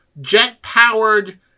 jet-powered